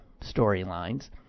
storylines